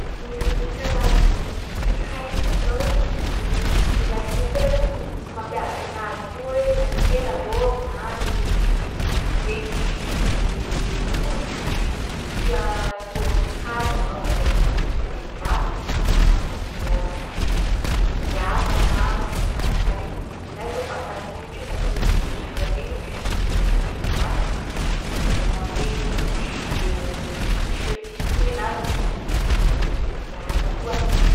Ny karazany siky haiko koa zao: gny lelahy sy ny ampela aloha m- misy mampiavaky anazy koa hoe gnan’ny ampela raoby na regny zipo regny. De io koa misy ri- zipo sy raoby mihaja anaovany refa ma- mandeha mivavaky na mandeha m- miasa na mamonjy fanasà regny. De nen’ny lelahy zao pataloha ohatry hoe pataloha velondrira regny indesiny mandeha mivavaky na mamonjy reunion regny izy. De chemise koa ny anazy indesiny mande miasa koa.